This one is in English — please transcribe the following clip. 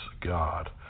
God